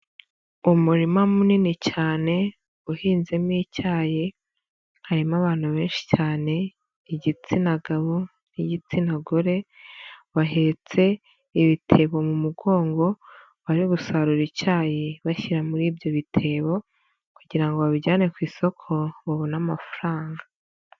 Umurima munini cyane, uhinzemo icyayi, harimo abantu benshi cyane, igitsina gabo n'igitsina gore, bahetse ibitebo mu mugongo, bari gusarura icyayi bashyira muri ibyo bitebo kugira ngo babijyane ku isoko, babone amafaranga.